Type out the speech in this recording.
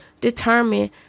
Determine